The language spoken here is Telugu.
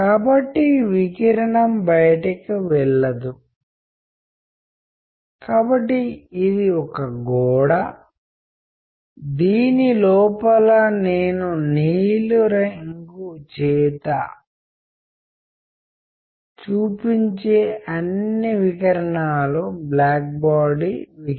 కాబట్టి ఇది ప్రక్రియకు చాలా సరళమైన ఉదాహరణ కమ్యూనికేషన్ యొక్క సరళ ప్రక్రియ సందేశం పంపిన వారు మరియు సందేశం స్వీకరించిన వారు ఉన్నారు గ్రహీత పంపేవారు కావచ్చు మరియు పంపినవారు స్వీకర్త కావచ్చుఈ విధంగా ఒక లీనియర్ మోడ్ లావాదేవీ మోడ్ గామారవచ్చు